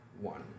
one